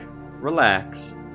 relax